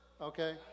okay